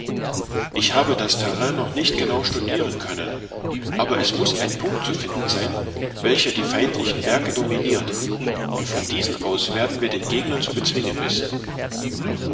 ich habe das terrain noch nicht genau studiren können aber es muß ein punkt zu finden sein welcher die feindlichen werke dominirt und von diesem aus werden wir den gegner zu bezwingen wissen